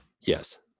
yes